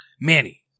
Manny